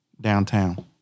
downtown